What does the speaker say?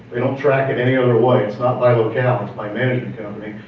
they don't track it any other way, it's not by locale, it's by management company,